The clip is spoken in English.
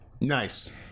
Nice